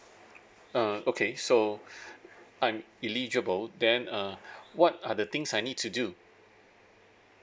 uh okay so I'm eligible then err what are the things I need to do